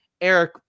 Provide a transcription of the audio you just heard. eric